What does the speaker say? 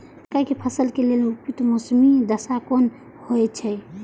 मके के फसल के लेल उपयुक्त मौसमी दशा कुन होए छै?